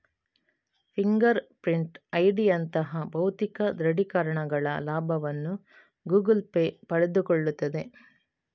finger print ಐಡಿಯಂತಹ ಭೌತಿಕ ದೃಢೀಕರಣಗಳ ಲಾಭವನ್ನು ಗೂಗಲ್ ಪೇ ಪಡೆದುಕೊಳ್ಳುತ್ತದೆ